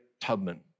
Tubman